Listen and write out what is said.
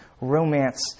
Romance